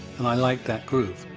and i liked that groove.